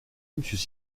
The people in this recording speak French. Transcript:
monsieur